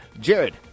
Jared